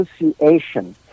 Association